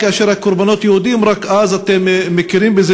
יש גם שאלות נוספות, אז סגן השר ישיב בסוף.